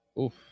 Oof